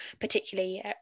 particularly